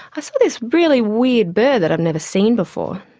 i saw this really weird bird that i've never seen before.